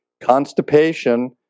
Constipation